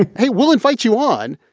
hey, we'll invite you on.